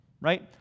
right